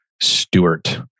Stewart